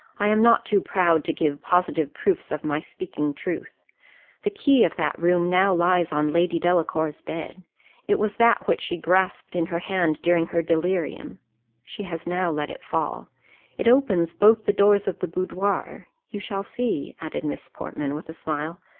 i am not too proud to give positive proofs of my speaking truth the key of that room now lies on lady delacour's bed it was that which she grasped in her hand during her delirium she has now let it fall it opens both the doors of the boudoir you shall see, added miss portman, with a smile,